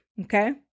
okay